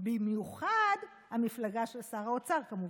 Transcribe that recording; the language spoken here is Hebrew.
במיוחד המפלגה של שר האוצר, כמובן,